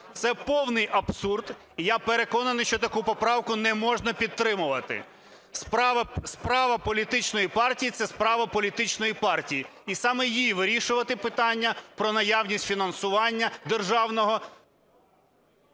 Це повний абсурд. Я переконаний, що таку поправку не можна підтримувати. Справа політичної партії – це справа політичної партії, і саме їй вирішувати питання про наявність фінансування державного…